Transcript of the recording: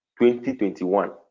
2021